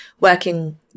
working